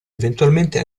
eventualmente